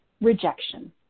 rejection